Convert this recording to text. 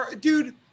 dude